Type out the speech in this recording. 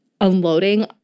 unloading